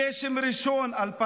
גשם ראשון, 2005,